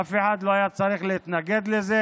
אף אחד לא היה צריך להתנגד לזה